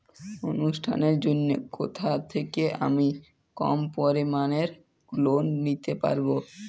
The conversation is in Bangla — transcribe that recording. অনুষ্ঠানের জন্য কোথা থেকে আমি কম পরিমাণের লোন নিতে পারব?